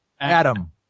Adam